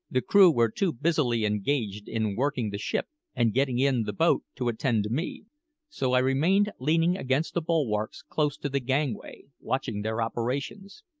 the crew were too busily engaged in working the ship and getting in the boat to attend to me so i remained leaning against the bulwarks close to the gangway, watching their operations.